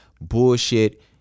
bullshit